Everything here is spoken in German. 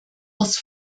muss